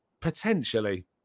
potentially